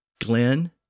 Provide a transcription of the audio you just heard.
glen